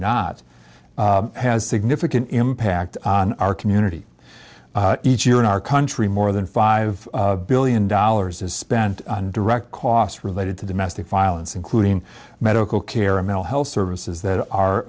not has significant impact on our community each year in our country more than five billion dollars is spent on direct costs related to domestic violence including medical care or mental health services that are